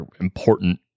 important